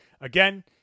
Again